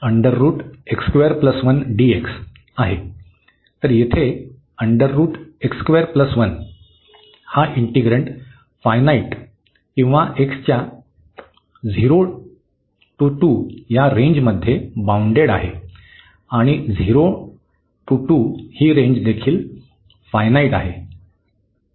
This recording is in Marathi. तर येथे हा इन्टीग्रन्ड फायनाईट किंवा x च्या 0 ते 2 या रेंजमध्ये बाउंडेड आहे आणि 0 ते 2 ही रेंज देखील फायनाईट आहे